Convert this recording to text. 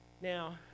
Now